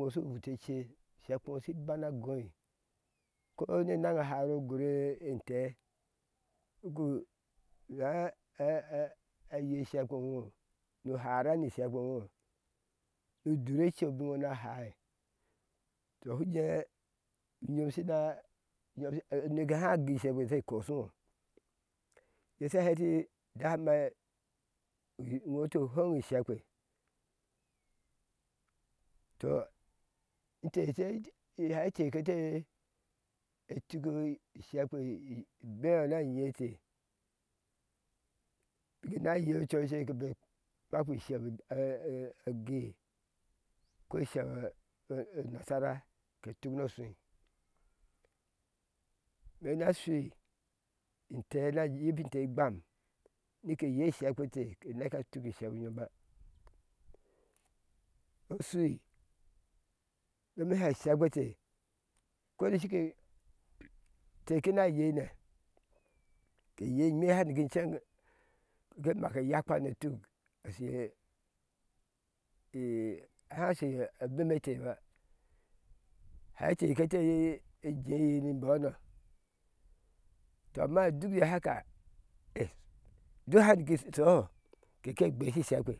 Iŋoshu wute ce shekpe ŋo shi banagɔi ko ne naŋa a háré e o gure ente buku na na yei shekpi ŋo uder ce o biŋe ŋo shunu hái tɔ shu jee nyom shina nyom neke shi há gɔi ishekpe she kori ŋo sha hɛ ɛti dama ɛ ŋotu wheŋi shekpe tɔ inte she hai inte kete etuki ishekpe beyo na nyi ete biki na yei oco cek ke kpapi isheu a egee ko isheu e nasara ke tuuk no shai me na shui inte na yibin mite gbam nike yei ishekpete inte na yibin mite gbam nike yei ishekpete ke neka uki sheu nyomba oshui domi hɛɛ shekpete ko da shike te ke na yeinɛ ke yei imi hari niki ceŋ ke make yakpa ne tuk hashi a beme ɛtɛba hati kete ejeyi ni embɔno tɔ amma duk da haka duk har niki shoho keshe gbeshi shekpe